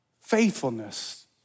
Faithfulness